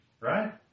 right